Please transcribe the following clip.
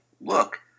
look